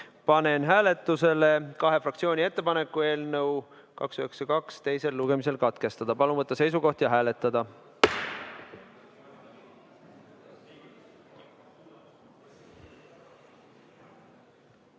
Panen hääletusele kahe fraktsiooni ettepaneku eelnõu 292 teine lugemine katkestada. Palun võtta seisukoht ja hääletada!